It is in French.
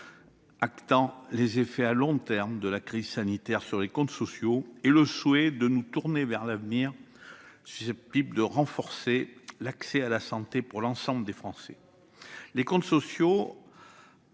la fois les effets à long terme de la crise sanitaire sur les comptes sociaux et le souhait de nous tourner vers l'avenir, est susceptible de renforcer l'accès à la santé pour l'ensemble des Français. Les comptes sociaux